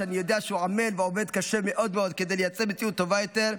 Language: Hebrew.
שאני יודע שהוא עמל ועובד קשה מאוד כדי לייצר מציאות טובה יותר,